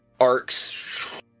arcs